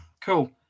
Cool